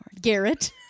Garrett